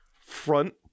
front